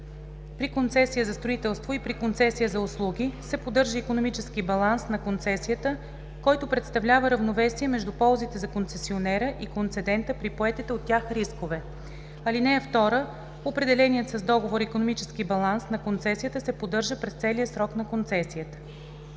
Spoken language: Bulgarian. При концесия за строителство и при концесия за услуги се поддържа икономически баланс на концесията, който представлява равновесие между ползите за концесионера и концедента при поетите от тях рискове. (2) Определеният с договора икономически баланс на концесията се поддържа през целия срок на концесията.“